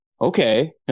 okay